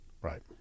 Right